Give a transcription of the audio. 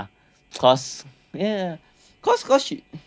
cause ya cause cause she